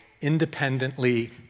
independently